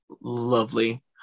lovely